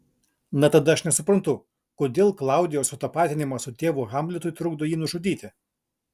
na tada aš nesuprantu kodėl klaudijaus sutapatinimas su tėvu hamletui trukdo jį nužudyti